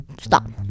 Stop